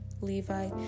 Levi